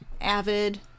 avid